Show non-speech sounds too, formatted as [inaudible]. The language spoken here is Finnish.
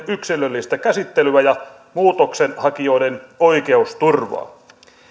[unintelligible] yksilöllistä käsittelyä ja muutoksenhakijoiden oikeusturvaa